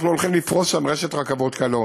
אנחנו הולכים לפרוס שם רשת רכבות קלות.